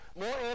more